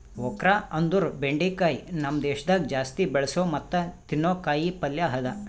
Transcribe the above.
okra ಅಂದುರ್ ಬೆಂಡಿಕಾಯಿ ನಮ್ ದೇಶದಾಗ್ ಜಾಸ್ತಿ ಬೆಳಸೋ ಮತ್ತ ತಿನ್ನೋ ಕಾಯಿ ಪಲ್ಯ ಅದಾ